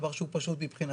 זה דבר שהוא פשוט מבחינתכם,